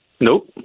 Nope